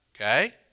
okay